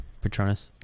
Patronus